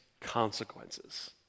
consequences